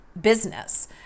business